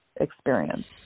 experience